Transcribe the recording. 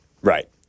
Right